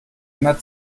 immer